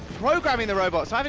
programming the robots.